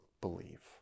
believe